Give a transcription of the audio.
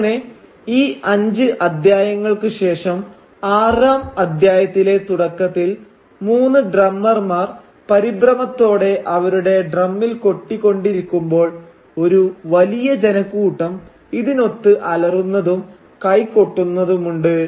അങ്ങനെ ഈ അഞ്ച് അധ്യായങ്ങൾക്ക് ശേഷം ആറാം അദ്ധ്യായത്തിലെ തുടക്കത്തിൽ മൂന്ന് ഡ്രമ്മർമാർ പരിഭ്രമത്തോടെ അവരുടെ ഡ്രമ്മിൽ കൊട്ടി കൊണ്ടിരിക്കുമ്പോൾ ഒരു വലിയ ജനക്കൂട്ടം ഇതിനൊത്ത് അലറുന്നതും കൈ കൊട്ടുന്നതുമുണ്ട്